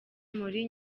muri